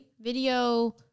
video